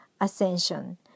ascension